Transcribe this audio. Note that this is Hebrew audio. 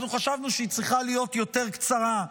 אנחנו חשבנו שהיא צריכה להיות יותר קצרה,